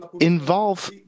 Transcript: involve